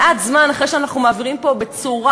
מעט זמן אחרי שאנחנו מעבירים פה בצורה